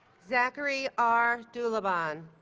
zachary r. dulabon